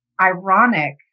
ironic